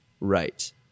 right